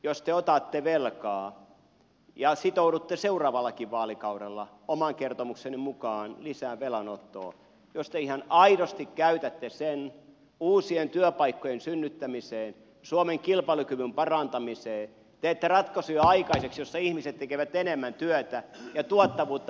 jos te otatte velkaa ja sitoudutte seuraavallakin vaalikaudella oman kertomuksenne mukaan lisävelanottoon ja jos te ihan aidosti käytätte sen uusien työpaikkojen synnyttämiseen suomen kilpailukyvyn parantamiseen saatte ratkaisuja aikaiseksi niin että ihmiset tekevät enemmän työtä ja tuottavuutta parannetaan